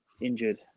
injured